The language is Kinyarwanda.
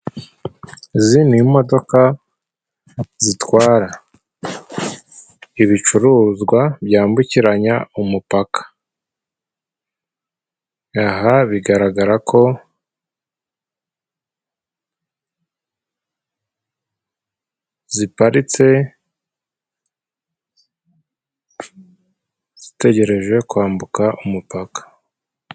Izi ni imodoka zitwara ibicuruzwa byambukiranya umupaka. Aha bigaragara ko ziparitse zitegereje kwambuka umupaka.